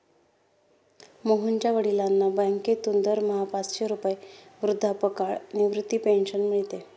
मोहनच्या वडिलांना बँकेतून दरमहा पाचशे रुपये वृद्धापकाळ निवृत्ती पेन्शन मिळते